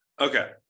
Okay